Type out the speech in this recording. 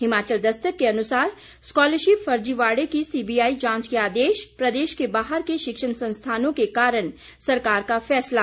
हिमाचल दस्तक के अनुसार स्कॉलरशिप फर्जीवाड़े की सीबीआई जांच के आदेश प्रदेश के बाहर के शिक्षण संस्थानों के कारण सरकार का फैसला